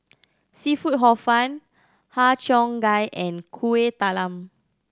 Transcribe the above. seafood Hor Fun Har Cheong Gai and Kueh Talam